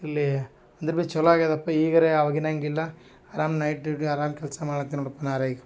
ಇಲ್ಲಿ ಅಂದರು ಬಿ ಚಲೋ ಆಗ್ಯಾದಪ್ಪ ಈಗರೇ ಅವಾಗಿನಂಗಿಲ್ಲ ಅರಾಮ್ ನೈಟ್ ಡ್ಯೂಟಿ ಅರಾಮ್ ಕೆಲಸ ಮಾಡತ್ತಿನಿ ನೋಡಪ್ಪ ನಾರೆ ಈಗ